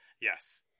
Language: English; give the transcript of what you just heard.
yes